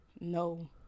No